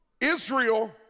Israel